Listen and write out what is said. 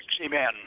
Amen